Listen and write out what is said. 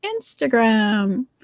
Instagram